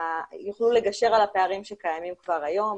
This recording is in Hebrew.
שיוכלו לגשר על הפערים שקיימים כבר היום.